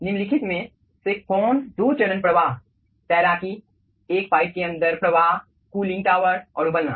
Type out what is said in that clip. निम्नलिखित में से कौन दो चरण प्रवाह तैराकी एक पाइप के अंदर प्रवाह कूलिंग टॉवर और उबलना